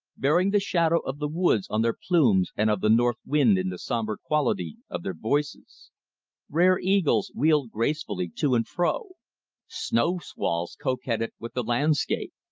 bearing the shadow of the woods on their plumes and of the north-wind in the somber quality of their voices rare eagles wheeled gracefully to and fro snow squalls coquetted with the landscape.